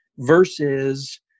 Versus